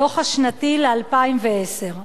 הדוח השנתי ל-2010.